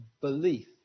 belief